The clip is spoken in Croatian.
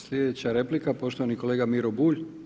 Slijedeća replika, poštovani kolega Miro Bulj.